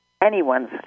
anyone's